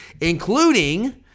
including